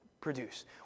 produce